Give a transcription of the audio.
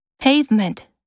Pavement